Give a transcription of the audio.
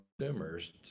consumers